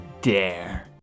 dare